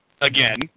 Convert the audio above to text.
again